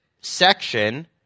section